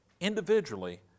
individually